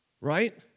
Right